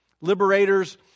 Liberators